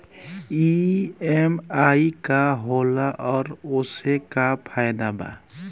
EMI का होला और ओसे का फायदा बा?